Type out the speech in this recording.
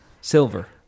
silver